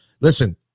listen